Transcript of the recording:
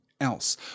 else